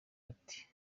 bati